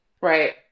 Right